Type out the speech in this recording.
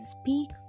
speak